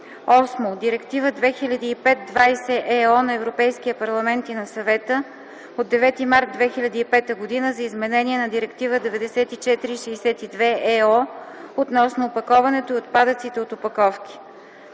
8. Директива 2005/20/ ЕО на Европейския парламент и на Съвета от 9 март 2005 г. за изменение на Директива 94/62/ ЕО относно опаковането и отпадъците от опаковки.